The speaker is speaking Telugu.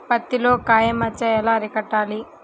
పత్తిలో కాయ మచ్చ ఎలా అరికట్టాలి?